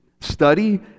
study